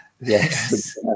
Yes